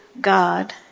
God